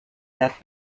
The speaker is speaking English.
that